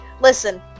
Listen